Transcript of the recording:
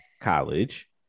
College